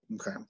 Okay